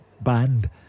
Band